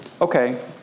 Okay